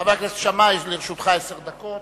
חבר הכנסת שאמה, לרשותך עשר דקות